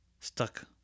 Stuck